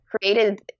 created